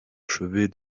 achever